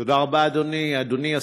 תודה רבה, אדוני.